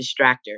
distractor